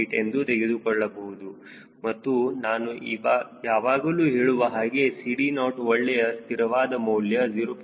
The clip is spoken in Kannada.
8 ಎಂದು ತೆಗೆದುಕೊಳ್ಳಬಹುದು ಮತ್ತು ನಾನು ಯಾವಾಗಲೂ ಹೇಳುವ ಹಾಗೆ CD0 ಒಳ್ಳೆಯ ಸ್ಥಿರವಾದ ಮೌಲ್ಯವು 0